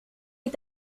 est